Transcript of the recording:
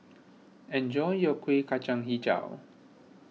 enjoy your Kueh Kacang HiJau